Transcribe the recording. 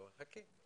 חכי.